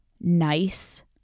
nice